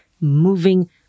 moving